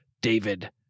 David